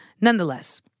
Nonetheless